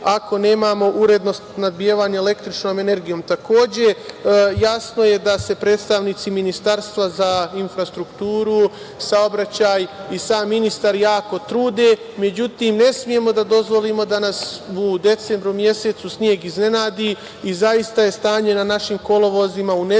ako nemamo uredno snabdevanje električnom energijom. Takođe, jasno je da se predstavnici Ministarstva za infrastrukturu, saobraćaj i sam ministar jako trude. Međutim, ne smemo da dozvolimo da nas u decembru mesecu sneg iznenadi i zaista je stanje na našim kolovozima u nedelju,